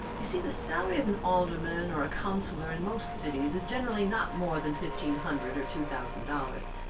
you see the salary of an alderman or councillor in most cities is generally not more than fifteen hundred or two thousand dollars.